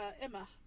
Emma